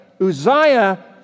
Uzziah